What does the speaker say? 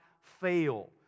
fail